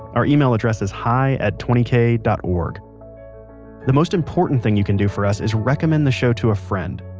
our email address is hi at twenty k dot org the most important thing you can do for us is recommend the show to a friend.